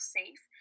safe